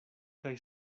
kaj